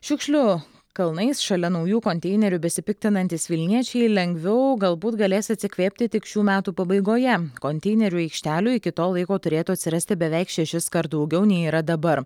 šiukšlių kalnais šalia naujų konteinerių besipiktinantys vilniečiai lengviau galbūt galės atsikvėpti tik šių metų pabaigoje konteinerių aikštelių iki to laiko turėtų atsirasti beveik šešiskart daugiau nei yra dabar